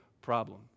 problem